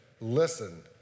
listen